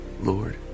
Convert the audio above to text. Lord